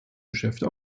geschäfte